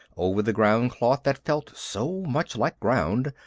over the groundcloth that felt so much like ground,